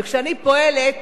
וכשאני פועלת,